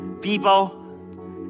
people